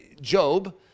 Job